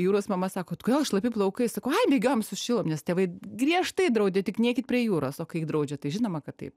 jūros mama sako kodėl šlapi plaukai sakau ai bėgiojom sušilom nes tėvai griežtai draudė tik neikit prie jūros o kai draudžia tai žinoma kad taip